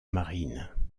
marine